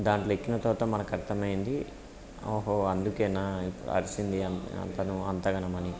దాంట్లో ఎక్కిన తరువాత మనకు అర్డమైంది అందుకేనా అరిచింది అతను అంతగాని అని